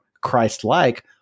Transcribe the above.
Christ-like